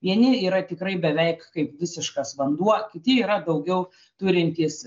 vieni yra tikrai beveik kaip visiškas vanduo kiti yra daugiau turintys